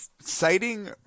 citing